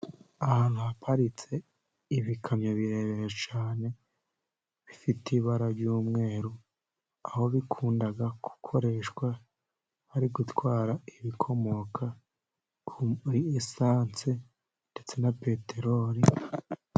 Ahantu haparitse ibikamyo birebire cyane bifite ibara ry'umweru, aho bikunda gukoreshwa hari gutwara ibikomoka kuri esanse ndetse na peteroli.